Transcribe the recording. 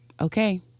Okay